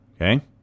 okay